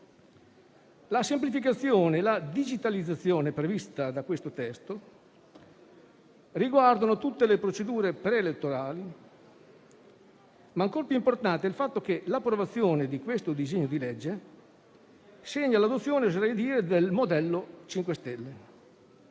La semplificazione e la digitalizzazione previste da questo testo riguardano tutte le procedure preelettorali, ma ancor più importante è il fatto che l'approvazione di questo disegno di legge segni l'adozione - oserei dire